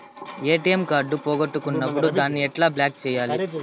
ATM card పోగొట్టుకున్నప్పుడు దాన్ని ఎట్లా బ్లాక్ సేయాలి